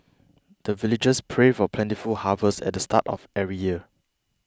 the villagers pray for plentiful harvest at the start of every year